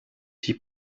die